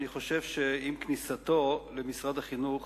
אני חושב שעם כניסתו למשרד החינוך